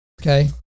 Okay